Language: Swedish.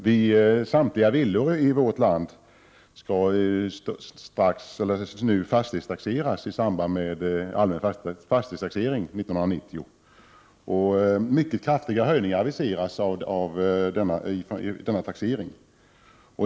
Herr talman! Samtliga villor i vårt land skall nu fastighetstaxeras i samband med den allmänna fastighetstaxeringen 1990. Mycket kraftiga höjningar aviseras inför denna taxering.